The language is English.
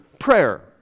Prayer